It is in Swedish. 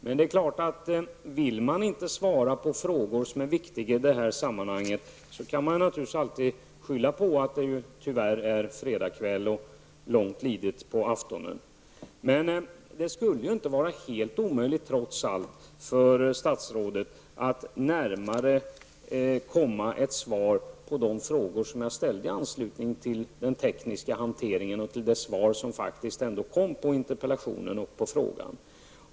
Men vill man inte svara på frågor som är viktiga i sammanhanget, kan man naturligtvis alltid skylla på att det är fredagskväll och långt lidet på aftonen. Det skulle trots allt inte vara helt omöjligt för statsrådet att komma närmare ett svar på de frågor som jag ställde med anledning av den tekniska hanteringen och till följd av de svar som gavs på interpellationen och frågan.